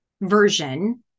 version